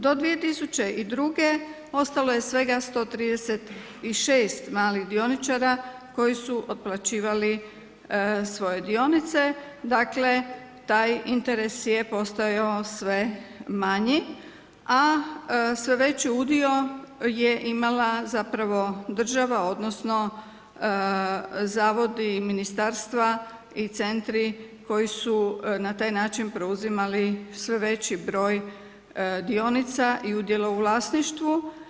Do 2002. ostalo je svega 136 malih dioničara koji su otplaćivali svoje dionice, dakle taj interes je postajao sve manji, a sve veći udio je imala država, odnosno zavodi i ministarstva i centri koji su na taj način preuzimali sve veći broj dionica i udjela u vlasništvu.